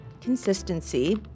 consistency